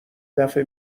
دفه